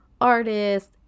artist